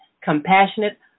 compassionate